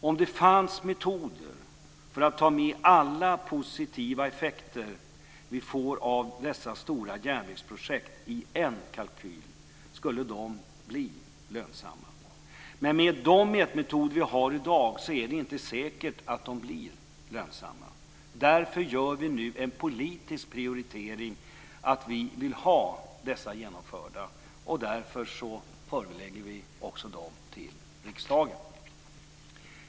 Om det fanns metoder för att ta med alla positiva effekter vi får av dessa stora järnvägsprojekt i en kalkyl skulle kalkylen visa på lönsamhet. Men med de mätmetoder vi har i dag är det inte säkert att varje projekt framstår som lönsamt. Därför gör vi nu en politisk prioritering och säger att vi vill ha dessa projekt genomförda, och därför förelägger vi riksdagen dessa förslag.